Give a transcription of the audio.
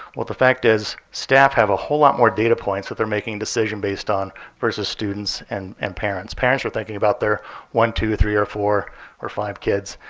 well, the fact is staff have a whole lot more data points that they're making a decision based on versus students and and parents. parents are thinking about their one, two, three, or four or five kids,